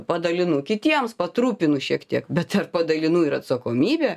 padalinu kitiems patrupinu šiek tiek bet ar padalinu ir atsakomybę